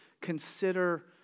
consider